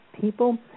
people